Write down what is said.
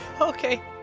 okay